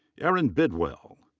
erin bidwell.